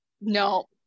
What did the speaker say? no